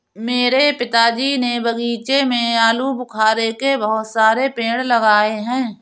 मेरे पिताजी ने बगीचे में आलूबुखारे के बहुत सारे पेड़ लगाए हैं